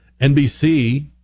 NBC